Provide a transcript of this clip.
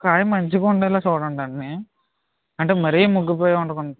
కాయ మంచిగా ఉండేలా చూడండి అన్నీ అంటే మరీ మగ్గిపోయి ఉండకుండా